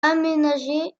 aménagé